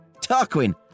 Tarquin